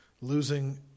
losing